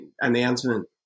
announcement